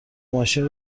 ماشین